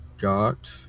got